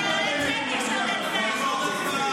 חזקת סוחר בכלי נשק),